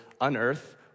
unearth